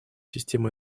системы